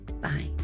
bye